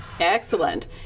Excellent